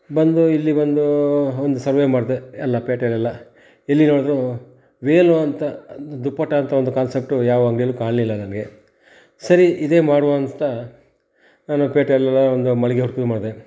ಬಂದು ಇಲ್ಲಿ ಬಂದೂ ಒಂದು ಸರ್ವೆ ಮಾಡಿದೆ ಎಲ್ಲಾ ಪೇಟೆಲೆಲ್ಲಾ ಎಲ್ಲಿ ನೋಡಿದ್ರೂ ವೇಲು ಅಂತ ದುಪ್ಪಟ್ಟ ಅಂತ ಒಂದು ಕಾನ್ಸೆಪ್ಟು ಯಾವ ಅಂಗ್ಡಿಯಲ್ಲು ಕಾಣಲಿಲ್ಲ ನನಗೆ ಸರಿ ಇದೇ ಮಾಡುವ ಅಂತಾ ನಾನು ಪೇಟೆಲೆಲ್ಲಾ ಒಂದು ಮಳಿಗೆ ಹುಡುಕೋದು ಮಾಡಿದೆ